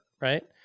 right